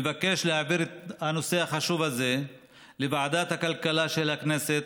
אני מבקש להעביר את הנושא החשוב הזה לוועדת הכלכלה של הכנסת,